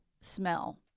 smell